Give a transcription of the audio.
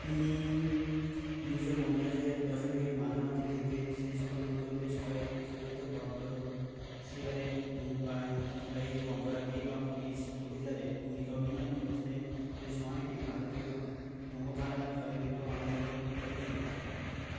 তিনি উনিশশো পঞ্চাশের দশকের মাঝামঝি থেকে শেষ পর্যন্ত বেশ কয়েকটি সবিত্র ভদ্রর সি ধূমপায়ী অপরাধী বা পুলিশ অবিচারে ভূমিকা অভিনয় করছিলেন যে সময়টি ভারতীয় নমধারায় চলচিত্র আন্দোলন চলছিলো